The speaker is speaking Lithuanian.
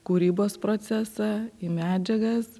kūrybos procesą į medžiagas